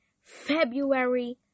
February